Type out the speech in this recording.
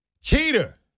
Cheater